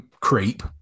creep